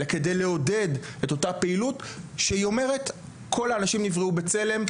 אלא כדי לעודד את אותה פעילות שאומרת כל האנשים נבראו בצלם,